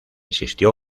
existió